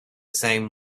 same